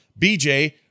BJ